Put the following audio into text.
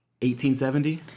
1870